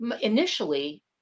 initially